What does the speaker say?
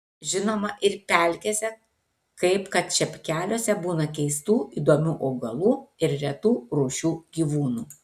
žinoma ir pelkėse kaip kad čepkeliuose būna keistų įdomių augalų ir retų rūšių gyvūnų